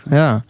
ja